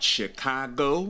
Chicago